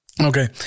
okay